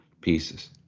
pieces